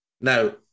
Now